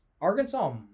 Arkansas